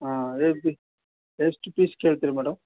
ಹಾಂ ಎಷ್ಟು ಪೀಸ್ ಕೇಳ್ತೀರಿ ಮೇಡಮ್